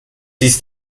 ist